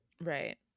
right